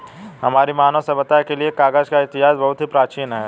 हमारी मानव सभ्यता के लिए कागज का इतिहास बहुत ही प्राचीन है